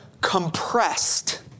compressed